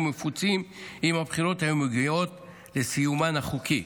מפוצים אם הבחירות היו מגיעות לסיומן החוקי.